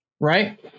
right